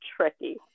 tricky